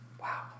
Wow